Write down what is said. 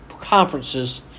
conferences